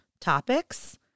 topics